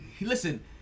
listen